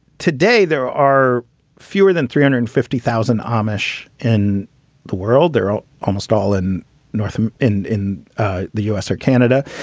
today, there are fewer than three hundred and fifty thousand amish in the world. they're almost all in northam in in ah the u s. or canada.